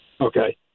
Okay